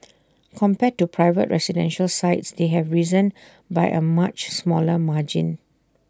compared to private residential sites they have risen by A much smaller margin